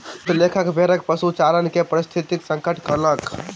बहुत लेखक भेड़क पशुचारण के पारिस्थितिक संकट कहलक